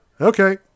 Okay